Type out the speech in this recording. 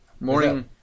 Morning